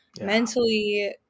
mentally